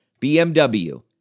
BMW